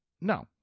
No